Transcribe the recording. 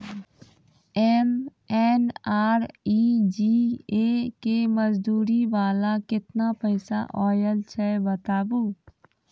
MNREGA के मज़दूरी वाला केतना पैसा आयल छै बताबू?